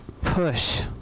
push